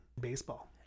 baseball